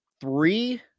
three